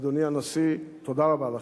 אדוני הנשיא, תודה רבה לכם.